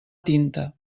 tinta